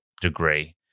degree